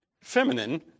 feminine